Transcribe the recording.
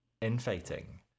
infighting